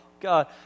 God